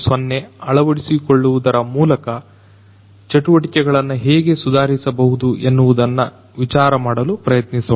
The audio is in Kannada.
0 ಅಳವಡಿಸಿಕೊಳ್ಳುವುದರ ಮೂಲಕ ಚಟುವಟಿಕೆಗಳನ್ನು ಹೇಗೆ ಸುಧಾರಿಸಬಹುದು ಎನ್ನುವುದನ್ನು ವಿಚಾರಮಾಡಲು ಪ್ರಯತ್ನಿಸೋಣ